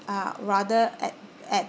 uh rather at ad~